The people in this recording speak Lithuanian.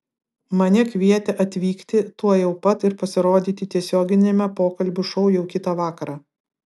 mane kvietė atvykti tuojau pat ir pasirodyti tiesioginiame pokalbių šou jau kitą vakarą